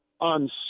on